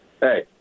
hey